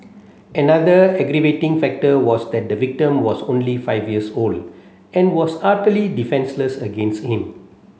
another aggravating factor was that the victim was only five years old and was utterly defenceless against him